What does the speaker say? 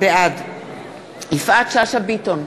בעד יפעת שאשא ביטון,